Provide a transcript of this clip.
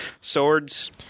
swords